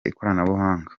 ikoranabuhanga